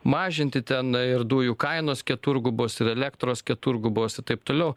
mažinti ten ir dujų kainos keturgubos ir elektros keturgubos i taip toliau